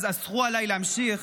אז אסרו עליי להמשיך,